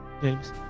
James